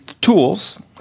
tools